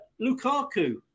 Lukaku